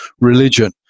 religion